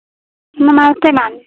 नमस्ते मैम